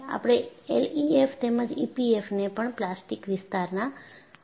આપણે એલઈએફએમ તેમજ ઈપીએફએમ ને પણ પ્લાસ્ટિક વિસ્તારના આધારિત વર્ગીકૃત કરીશું